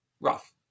rough